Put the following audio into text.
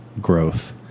growth